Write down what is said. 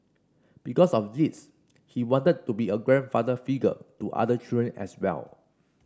because of this he wanted to be a grandfather figure to other children as well